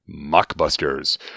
mockbusters